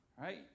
Right